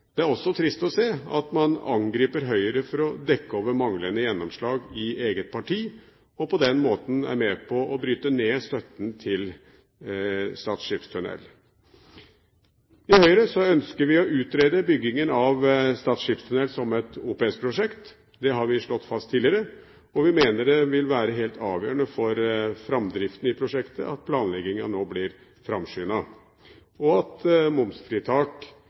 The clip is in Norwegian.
Det er også trist å se at man angriper Høyre for å dekke over manglende gjennomslag i eget parti. På den måten er man med på å bryte ned støtten til Stad skipstunnel. I Høyre ønsker vi å utrede byggingen av Stad skipstunnel som et OPS-prosjekt. Det har vi slått fast tidligere. Vi mener det vil være helt avgjørende for framdriften i prosjektet at planleggingen nå blir framskyndet, og at momsfritak